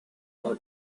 her